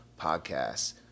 Podcasts